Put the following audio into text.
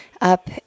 up